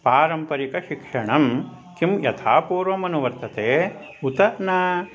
पारम्परिकशिक्षणं किं यथा पूर्वमनुवर्तते उत न